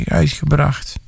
uitgebracht